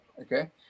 okay